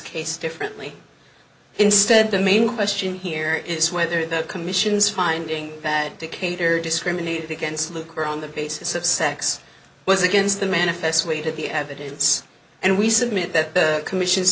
case differently instead the main question here is whether the commission's finding that to cater discriminate against luker on the basis of sex was against the manifest way to the evidence and we submit that the commission